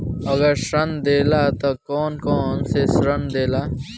अगर ऋण देला त कौन कौन से ऋण देला?